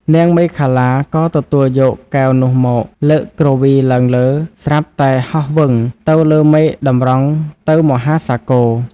នាងមេខលាក៏ទទួលយកកែវនោះមក លើកគ្រវីឡើងលើ ស្រាប់តែហោះវឹងទៅលើមេឃតម្រង់ទៅមហាសាគរ។